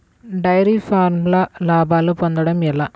Dairy ఫామ్లో లాభాలు పొందడం ఎలా?